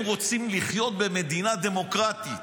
הם רוצים לחיות במדינה דמוקרטית.